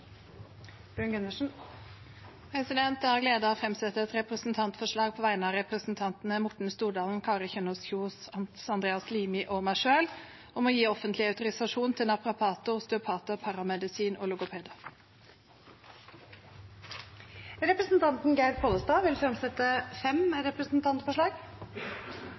på vegne av representantene Morten Stordalen, Kari Kjønaas Kjos, Hans Andreas Limi og meg selv om å gi offentlig autorisasjon til naprapater, osteopater, paramedisin og logopeder. Representanten Geir Pollestad vil fremsette fem representantforslag.